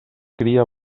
cria